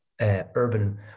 urban